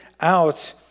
out